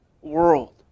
world